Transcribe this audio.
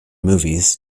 movies